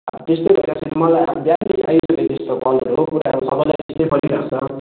अब त्यस्तै भइरहेको छ मलाई अब बिहानदेखि कलहरू पुरा सबैलाई त्यस्तै परिरहेको छ